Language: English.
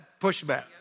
pushback